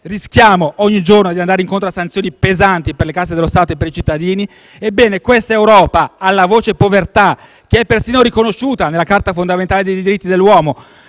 rischiamo ogni giorno di andare incontro a sanzioni pesanti per le casse dello Stato e per i cittadini, questa Europa, alla voce povertà, che è persino riconosciuta nella Carta fondamentale dei diritti dell'uomo